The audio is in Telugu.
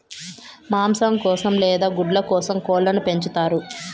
మాంసం కోసం లేదా గుడ్ల కోసం కోళ్ళను పెంచుతారు